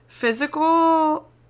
Physical